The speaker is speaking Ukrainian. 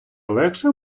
легше